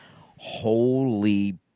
holy